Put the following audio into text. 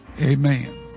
amen